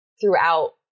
throughout